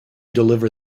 deliver